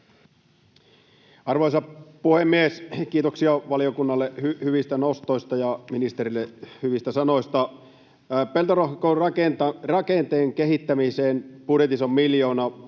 Arvoisa puhemies! Kiitoksia valiokunnalle hyvistä nostoista ja ministerille hyvistä sanoista. Peltorakenteen kehittämiseen budjetissa on miljoona.